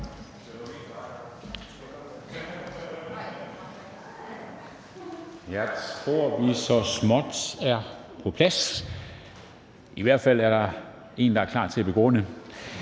Jeg tror, at vi så småt er på plads. I hvert fald er der en, der står klar til at begrunde